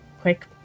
quick